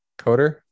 Coder